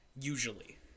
usually